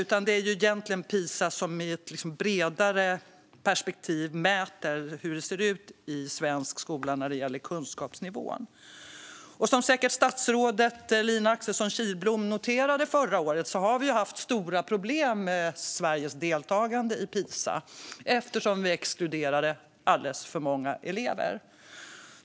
Det är alltså egentligen Pisa som i ett bredare perspektiv mäter hur det ser ut i svensk skola när det gäller kunskapsnivån. Som statsrådet Lina Axelsson Kihlblom säkert noterade förra året har vi haft stora problem med Sveriges deltagande i Pisa, eftersom vi exkluderade alldeles för många elever.